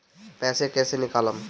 पैसा कैसे निकालम?